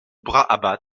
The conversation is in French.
brabant